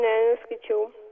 ne neskaičiau